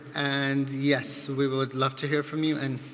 and yes, we would love to hear from you. and